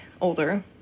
older